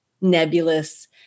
nebulous